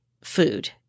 food